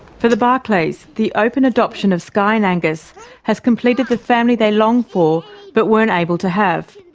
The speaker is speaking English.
for the barclays, the open adoption of skye and angus has completed the family they longed for but weren't able to have.